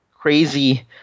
crazy